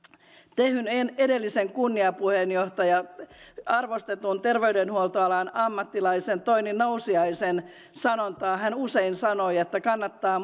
tehyn edellisen kunniapuheenjohtajan arvostetun terveydenhuoltoalan ammattilaisen toini nousiaisen sanontaa hän usein sanoi että kannattaa